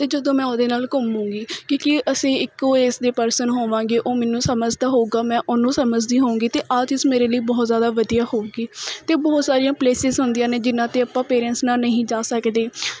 ਅਤੇ ਜਦੋਂ ਮੈਂ ਉਹਦੇ ਨਾਲ਼ ਘੁੰਮਾਂਗੀ ਕਿਉਂਕਿ ਅਸੀਂ ਇੱਕੋ ਏਜ਼ ਦੇ ਪਰਸਨ ਹੋਵਾਂਗੇ ਉਹ ਮੈਨੂੰ ਸਮਝਦਾ ਹੋਵੇਗਾ ਮੈਂ ਉਹਨੂੰ ਸਮਝਦੀ ਹੋਵਾਂਗੀ ਅਤੇ ਆਹ ਚੀਜ਼ ਮੇਰੇ ਲਈ ਬਹੁਤ ਜ਼ਿਆਦਾ ਵਧੀਆ ਹੋਵੇਗੀ ਅਤੇ ਬਹੁਤ ਸਾਰੀਆਂ ਪਲੇਸਿਸ ਹੁੰਦੀਆਂ ਨੇ ਜਿਨ੍ਹਾਂ 'ਤੇ ਆਪਾਂ ਪੇਰੈਂਟਸ ਨਾਲ਼ ਨਹੀਂ ਜਾ ਸਕਦੇ